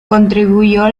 contribuyó